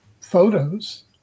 photos